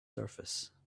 surface